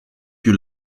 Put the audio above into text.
più